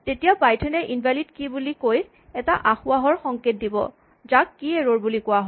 তেতিয়া পাইথনে invalid key বুলি কৈ এটা আসোঁৱাহৰ সংকেত দিব যাক কী এৰ'ৰ বুলি কোৱা হয়